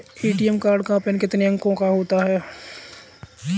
ATM card का PIN कितने अंकों का होता है?